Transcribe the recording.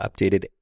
updated